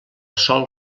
sòl